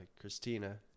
Christina